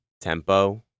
tempo